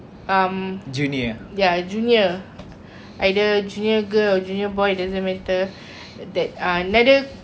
either junior girl or junior boy doesn't matter that uh another person ah in our family lah kan